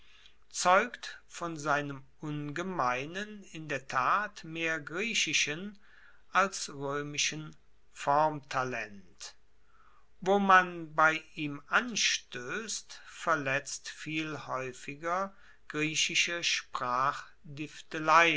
zeugt von seinem ungemeinen in der tat mehr griechischen als roemischen formtalent wo man bei ihm anstoesst verletzt viel haeufiger griechische